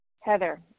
Heather